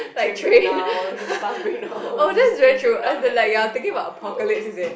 like train oh that's very true as in like you are thinking about apocalypse is it